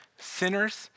sinners